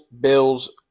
Bills